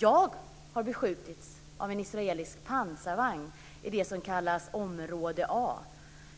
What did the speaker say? Jag har beskjutits av en israelisk pansarvagn i det som kallas Område A.